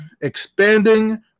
expanding